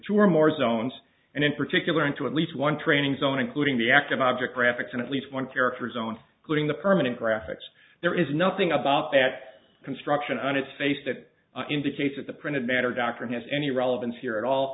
two or more zones and in particular into at least one training zone including the active object graphics and at least one characters on getting the permanent graphics there is nothing about that construction on its face that indicates that the printed matter dr has any relevance here at all